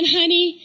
honey